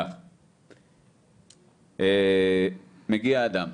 מגיע אדם,